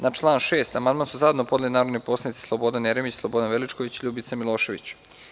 Na član 6. amandman su zajedno podneli narodni poslanici Slobodan Jeremić, Slobodan Veličković i Ljubica Milošević.